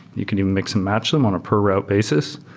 you can even mix and match them on a per route basis.